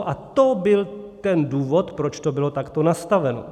A to byl ten důvod, proč to bylo takto nastaveno.